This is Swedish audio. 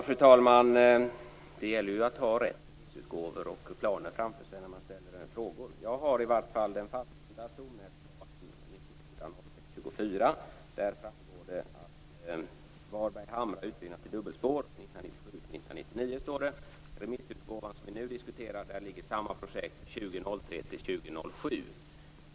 Fru talman! Det gäller att ha rätt remissutgåvor och planer framför sig när man ställer frågor. Jag har i varje fall den fastställda stomnätsplanen från den 24 mars 1994. Där framgår att Varberg hamnar i utbyggnad till dubbelspår under 1997-1999. I den remissutgåva vi nu diskuterar ligger samma projekt under 2003-2007. Fru talman!